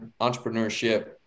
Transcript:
entrepreneurship